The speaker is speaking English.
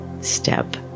step